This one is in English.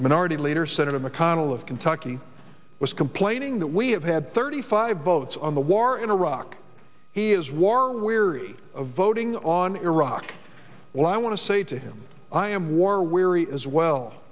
the minority leader senator mcconnell of kentucky was complaining that we have had thirty five votes on the war in iraq he is war weary of voting on iraq well i want to say to him i am war weary as well